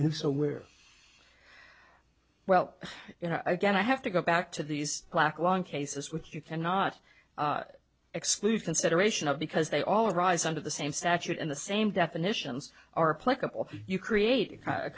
and so we're well you know again i have to go back to these black long cases which you cannot exclude consideration of because they all arise under the same statute and the same definitions are plentiful you create a